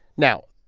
now,